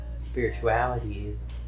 spiritualities